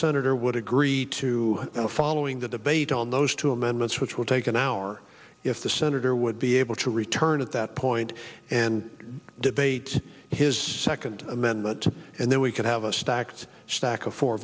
senator would agree to the following the debate on those two amendments which would take an hour if the senator would be able to return at that point and debate his second amendment and then we could have a stacked stack of four